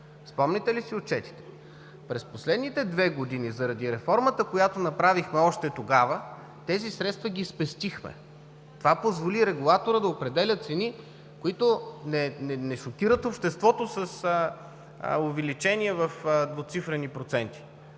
Спомняте ли си отчетите? През последните две години заради реформата, която направихме още тогава, тези средства ги спестихме. Това позволи регулаторът да определя цени, които не шокират обществото с увеличение в двуцифрени проценти.